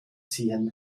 ziehen